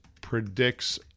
predicts